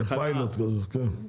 בפיילוט כזה כן.